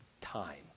time